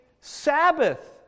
Sabbath